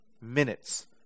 minutes